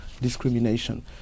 discrimination